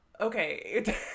okay